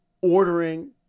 ordering